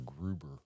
gruber